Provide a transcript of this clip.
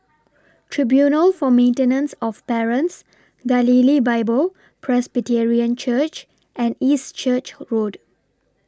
Tribunal For Maintenance of Parents Galilee Bible Presbyterian Church and East Church Road